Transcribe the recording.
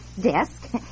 desk